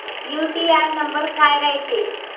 UTR number काय रायते?